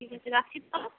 ঠিক আছে রাখছি তাহলে